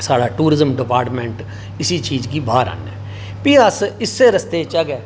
साढ़ा tourism department इसी चीज गी बाह्र आह्नै प्ही अस इस्सै रस्ते चा